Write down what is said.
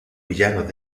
villanos